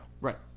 Right